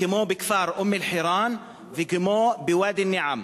כמו בכפר אום-אלחיראן וכמו בוואדי-נעם.